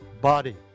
body